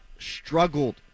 struggled